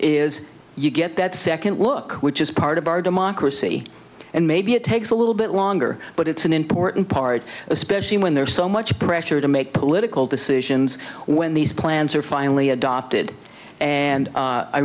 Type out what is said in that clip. is you get that second look which is part of our democracy and maybe it takes a little bit longer but it's an important part especially when there's so much pressure to make political decisions when these plans are finally adopted and